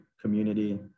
community